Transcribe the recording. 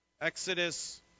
Exodus